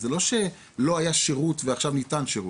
זה לא שלא היה שירות ועכשיו ניתן שירות,